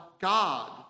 God